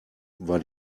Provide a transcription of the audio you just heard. war